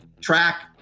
track